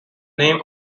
name